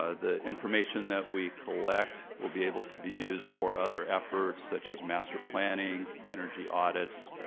ah the information that we collect will be able to be used for other efforts such as master planning, energy audits,